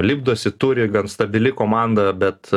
lipdosi turi gan stabili komanda bet